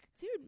dude